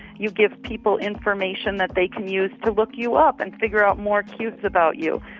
you give people information that they can use to look you up and figure out more cues about you.